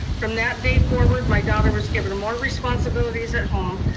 from that day forward, my daughter was given more responsibilities at home,